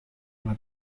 una